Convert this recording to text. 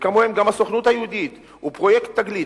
וכמוהם הסוכנות היהודית ופרויקט "תגלית".